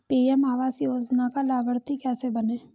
PM Awas Yojana का लाभर्ती कैसे बनें?